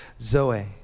zoe